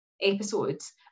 episodes